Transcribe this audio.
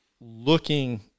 looking